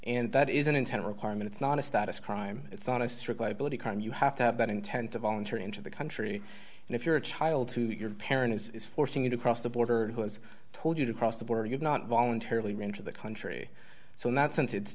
and that is an intent requirement it's not a status crime it's not a strict liability crime you have to have that intent a voluntary into the country and if you're a child to your parent it's forcing you to cross the border who has told you to cross the border you're not voluntarily going to the country so in that sense it's